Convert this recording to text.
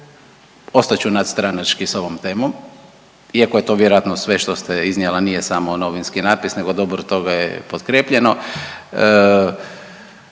ostat ću nadstranački s ovom temom iako je to vjerojatno sve što ste iznijela, nije samo novinski natpis nego dobro toga je potkrijepljeno.